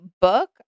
book